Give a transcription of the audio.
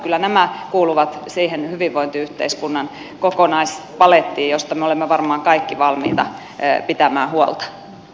kyllä nämä kuuluvat siihen hyvinvointiyhteiskunnan kokonaispalettiin josta me olemme varmaan kaikki valmiita pitämään huolta